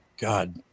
God